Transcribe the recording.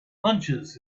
hunches